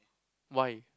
why